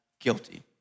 guilty